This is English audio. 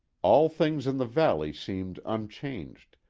all things in the valley seemed unchanged,